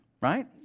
right